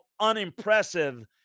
unimpressive